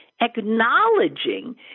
acknowledging